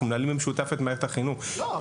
מנהלים במשותף את מערכת החינוך ולכן --- לא,